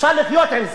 אפשר לחיות עם זה.